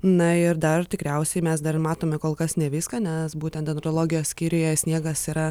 na ir dar tikriausiai mes dar matome kol kas ne viską nes būtent dendrologijos skyriuje sniegas yra